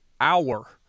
hour